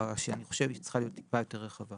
שאני חושב שהיא צריכה להיות טיפה יותר רחבה.